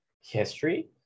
history